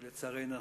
לצערנו,